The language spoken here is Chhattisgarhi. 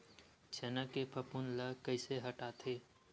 चना के फफूंद ल कइसे हटाथे?